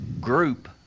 group